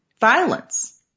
violence